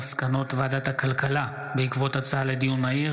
מסקנות ועדת הכלכלה בעקבות דיון מהיר